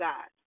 God